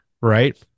right